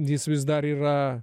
jis vis dar yra